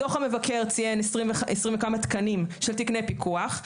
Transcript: דוח המבקר ציין 20 וכמה תקנים של תקני פיקוח.